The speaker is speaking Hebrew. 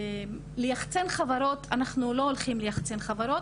ליחצ"ן חברות אנחנו לא הולכים ליחצ"ן חברות,